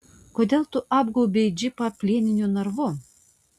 kodėl tu apgaubei džipą plieniniu narvu